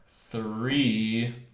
three